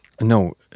No